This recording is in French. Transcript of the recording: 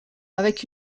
avec